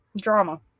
drama